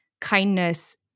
kindness